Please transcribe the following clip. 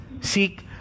seek